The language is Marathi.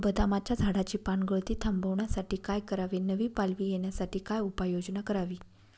बदामाच्या झाडाची पानगळती थांबवण्यासाठी काय करावे? नवी पालवी येण्यासाठी काय उपाययोजना करावी?